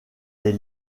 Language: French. des